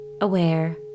aware